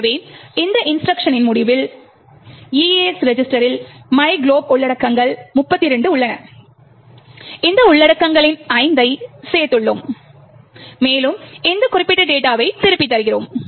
எனவே இந்த இன்ஸ்ட்ருக்ஷனின் முடிவில் EAX ரெஜிஸ்டரில் myglob உள்ளடக்கங்கள் 32 உள்ளன இந்த உள்ளடக்கங்களில் 5 ஐ சேர்த்துள்ளோம் மேலும் இந்த குறிப்பிட்ட டேட்டாவை திருப்பித் தருகிறோம்